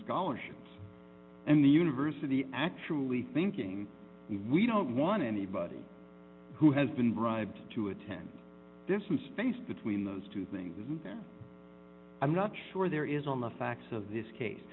scholarships and the university actually thinking we don't want anybody who has been bribed to attend this some space between those two things and i'm not sure there is on the facts of this case